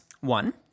One